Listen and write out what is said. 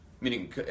Meaning